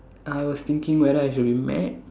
I was thinking whether I should be mad